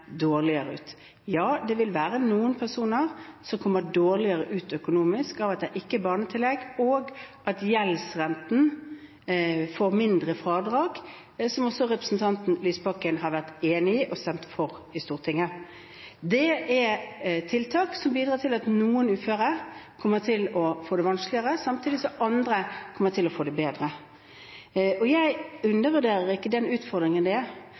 Ja, det vil være noen personer som kommer dårligere ut økonomisk av at det ikke er barnetillegg, og ved at gjeldsrenten får mindre fradrag, noe som også representanten Lysbakken har vært enig i og stemt for i Stortinget. Dette er tiltak som bidrar til at noen uføre kommer til å få det vanskeligere, samtidig som andre kommer til å få det bedre. Jeg undervurderer ikke den utfordringen,